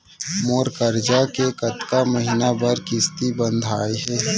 मोर करजा के कतका महीना बर किस्ती बंधाये हे?